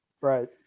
Right